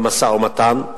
במשא-ומתן,